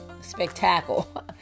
Spectacle